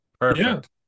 Perfect